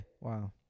Wow